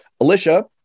Alicia